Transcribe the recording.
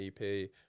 EP